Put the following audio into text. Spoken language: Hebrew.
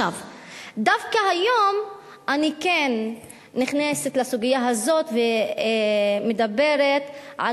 דווקא היום אני כן נכנסת לסוגיה הזאת ומדברת על